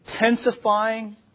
intensifying